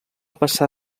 passar